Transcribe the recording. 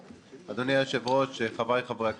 אדוני היושב-ראש, חבריי חברי הכנסת,